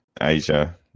Asia